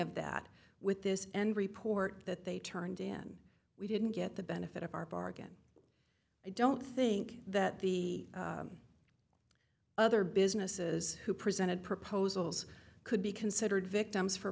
of that with this end report that they turned in we didn't get the benefit of our bargain i don't think that the other businesses who presented proposals could be considered victims for